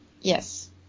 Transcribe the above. Yes